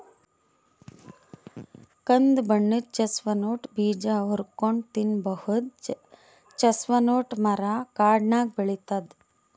ಕಂದ್ ಬಣ್ಣದ್ ಚೆಸ್ಟ್ನಟ್ ಬೀಜ ಹುರ್ಕೊಂನ್ಡ್ ತಿನ್ನಬಹುದ್ ಚೆಸ್ಟ್ನಟ್ ಮರಾ ಕಾಡ್ನಾಗ್ ಬೆಳಿತದ್